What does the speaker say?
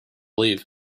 leave